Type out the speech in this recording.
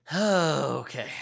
Okay